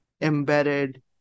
embedded